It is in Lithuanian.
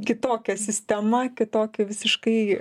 kitokią sistemą kitokią visiškai